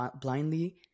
blindly